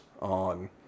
on